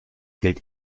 gilt